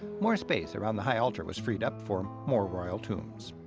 more space around the high altar was freed up for more royal tombs.